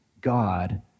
God